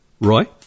Roy